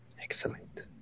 Excellent